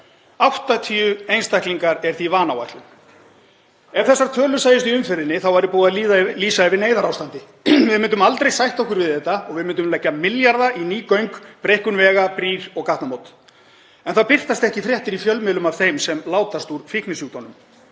80 einstaklingar eru því vanáætlun. Ef þessar tölur sæjust í umferðinni væri búið að lýsa yfir neyðarástandi. Við myndum aldrei sætta okkur við þetta og við myndum leggja milljarða í ný göng, breikkun vega, brýr og gatnamót. En það birtast ekki fréttir í fjölmiðlum af þeim sem látast úr fíknisjúkdómum.